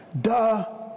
Duh